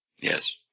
Yes